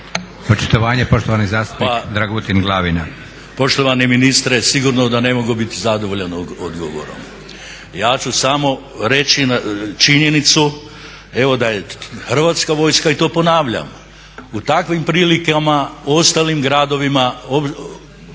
lijepa. Poštovani zastupnik Dragutin Glavina.